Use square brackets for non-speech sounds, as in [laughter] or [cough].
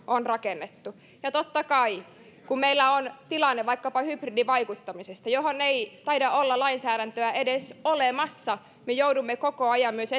on rakennettu ja totta kai kun meillä on tilanne vaikkapa hybridivaikuttamisesta johon ei taida olla lainsäädäntöä edes olemassa me joudumme koko ajan myös [unintelligible]